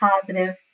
positive